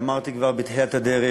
אמרתי כבר בתחילת הדרך,